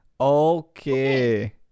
Okay